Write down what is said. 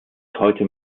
heute